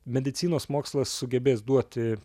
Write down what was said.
medicinos mokslas sugebės duoti